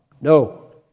No